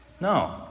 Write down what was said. No